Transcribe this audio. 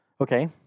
okay